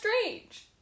Strange